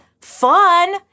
fun